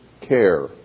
care